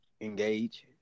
engage